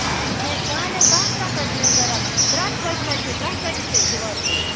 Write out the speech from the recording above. یہِ دانٮ۪س دَہ ترٛکھ ٲسۍ مےٚ ضروٗرت ترٛکھ کۭتِس حظ چھِ ترٛکھ کۭتِس چھِ دِوان تُہۍ